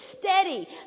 steady